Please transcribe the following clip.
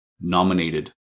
nominated